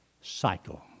cycle